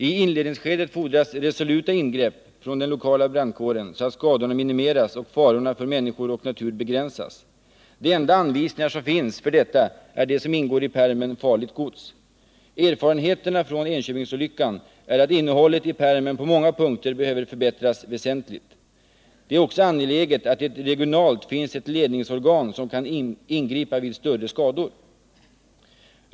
I inledningsskedet fordras resoluta ingrepp från den lokala brandkåren, så att skadorna kan minimeras och farorna för människor och natur begränsas. De enda anvisningar som finns för detta är de som ingår i pärmen med en förteckning över farligt gods. Erfarenheterna från Enköpingsolyckan är att innehållet i pärmen på många punkter väsentligt behöver förbättras. Det är också angeläget att det regionalt finns ett ledningsorgan som kan ingripa vid större skador.